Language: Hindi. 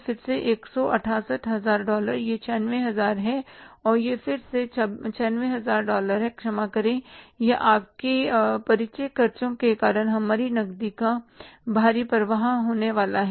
फिर से 168 हजार डॉलर यह 96 हजार है और यह फिर से 96 हजार डॉलर है क्षमा करें यह आपके परिचय खर्चों के कारण हमारी नकदी का बाहरी प्रवाह होने वाला है